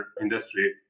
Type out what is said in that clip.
industry